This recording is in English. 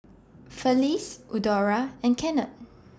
Felice Eudora and Kennard